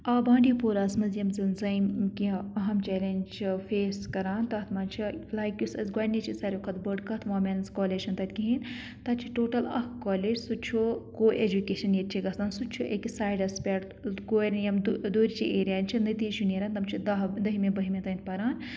آ بانڈی پوراہَس منٛز یِم زَن زَنہِ کینٛہہ اہم چَلینٛج چھِ فیس کَران تَتھ منٛز چھِ لایک یُس أسۍ گۄڈنِچی ساروِی کھۄتہٕ بٔڈ کَتھ وٗمینٕز کالج چھِنہٕ تَتہِ کِہیٖنۍ تَتہِ چھِ ٹوٹَل اَکھ کالج سُہ چھُ کوایجوکیشَن ییٚتہِ چھِ گژھان سُہ تہِ چھُ أکِس سایڈَس پٮ۪ٹھ کورِ یِم دوٗرچہِ ایریَن چھِ نٔتیٖجہِ چھُ نیران تم چھِ دَہ دٔہمہِ بٔہمہِ تانۍ پَران